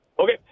Okay